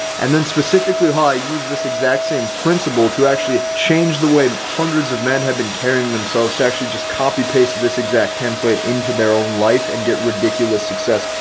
and then specifically how i use this exact same principle to actually change the way hundreds of men have been carrying themselves to actually just copy paste this exact template into their own life and get ridiculous success.